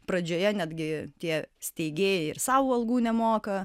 pradžioje netgi tie steigėjai ir sau algų nemoka